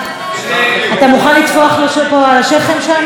אתה מוכן לטפוח לו על השכם שם?